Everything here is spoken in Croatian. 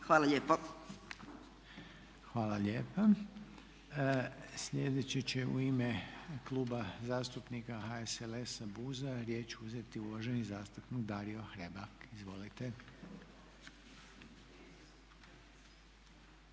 Hvala lijepo. **Reiner, Željko (HDZ)** Sljedeći će u ime Kluba zastupnika HSLS-a BUZ-a riječ uzeti uvaženi zastupnik Dario Hrebak. Izvolite.